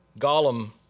Gollum